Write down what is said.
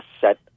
set